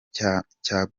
cyagutse